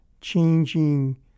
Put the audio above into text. changing